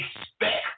expect